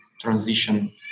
transition